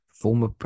Former